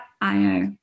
io